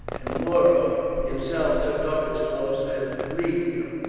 and muro himself took up his post at rhegium,